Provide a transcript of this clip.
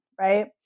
Right